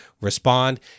respond